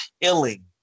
killing